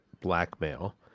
blackmail